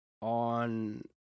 on